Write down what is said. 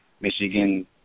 Michigan